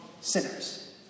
sinners